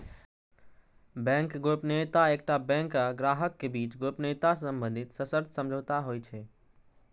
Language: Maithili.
बैंक गोपनीयता एकटा बैंक आ ग्राहक के बीच गोपनीयता संबंधी सशर्त समझौता होइ छै